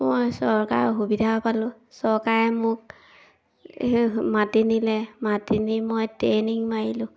মই চৰকাৰৰ সুবিধাও পালোঁ চৰকাৰে মোক মাতি নিলে মাতি নি মই ট্ৰেইনিং মাৰিলোঁ